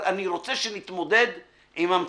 אבל אני שנתמודד עם המציאות,